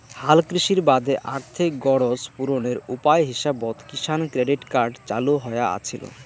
হালকৃষির বাদে আর্থিক গরোজ পূরণের উপায় হিসাবত কিষাণ ক্রেডিট কার্ড চালু হয়া আছিল